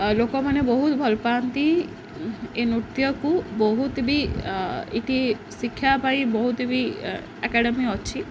ଲୋକମାନେ ବହୁତ ଭଲ ପାଆନ୍ତି ଏ ନୃତ୍ୟକୁ ବହୁତ ବି ଶିକ୍ଷା ପାଇଁ ବହୁତ ବି ଏକାଡ଼େମୀ ଅଛି